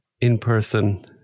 in-person